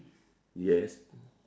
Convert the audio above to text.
yes